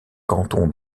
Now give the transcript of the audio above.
canton